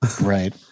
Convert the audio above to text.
Right